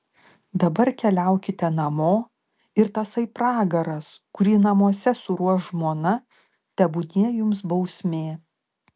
dabar keliaukite namo ir tasai pragaras kurį namuose suruoš žmona tebūnie jums bausmė